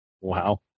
Wow